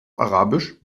arabisch